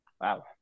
wow